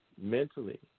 mentally